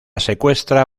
secuestra